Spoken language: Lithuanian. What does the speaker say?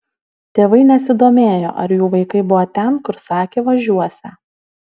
tėvai nesidomėjo ar jų vaikai buvo ten kur sakė važiuosią